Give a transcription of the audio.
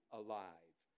alive